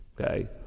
okay